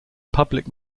public